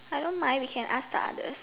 I don't mind we can ask the others